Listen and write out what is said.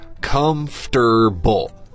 comfortable